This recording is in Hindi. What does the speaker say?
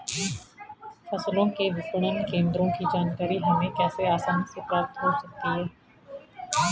फसलों के विपणन केंद्रों की जानकारी हमें कैसे आसानी से प्राप्त हो सकती?